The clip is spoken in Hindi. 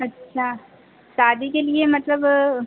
अच्छा शादी के लिए मतलब